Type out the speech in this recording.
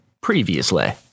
previously